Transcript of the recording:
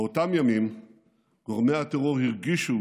באותם ימים גורמי הטרור הרגישו